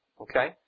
Okay